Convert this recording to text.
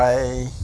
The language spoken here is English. why